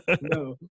No